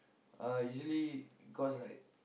uh usually cost like